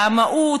המהות,